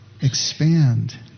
expand